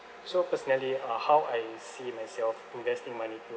so personally uh how I see myself investing money to